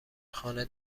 خانه